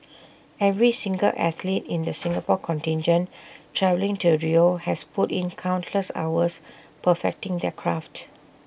every single athlete in the Singapore contingent travelling to Rio has put in countless hours perfecting their craft